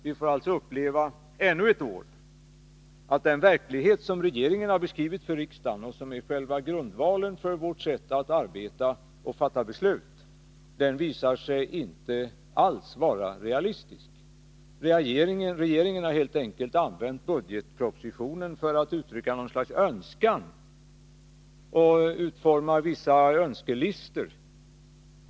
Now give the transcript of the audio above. Vi får alltså ännu ett år uppleva att den verklighet som regeringen har beskrivit för riksdagen och som är själva grundvalen för vårt sätt att arbeta och fatta beslut inte visar sig vara realistisk. Regeringen har helt enkelt använt budgetpropositionen för att uttrycka något slags önskan, för att utforma vissa önskelistor.